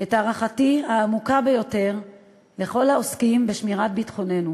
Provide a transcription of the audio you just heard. את הערכתי העמוקה ביותר לכל העוסקים בשמירת ביטחוננו,